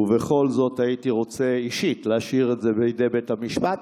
ובכל זאת אישית הייתי רוצה להשאיר את זה בידי בית המשפט.